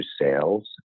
sales